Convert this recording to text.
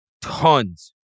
tons